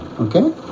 okay